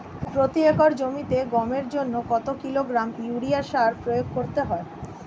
প্রতি একর জমিতে গমের জন্য কত কিলোগ্রাম ইউরিয়া সার প্রয়োগ করতে হয়?